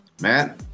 matt